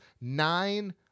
nine